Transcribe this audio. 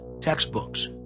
textbooks